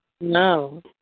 No